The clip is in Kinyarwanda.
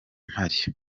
mpari